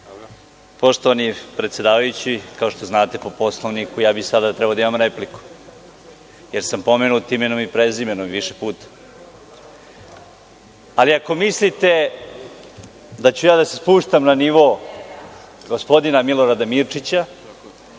Poštovani predsedavajući, kao što znate po Poslovniku, ja bih sada trebao da imam repliku, jer sam pomenut imenom i prezimenom više puta, ali ako mislite da ću ja da se spuštam na nivo gospodina Milorada Mirčića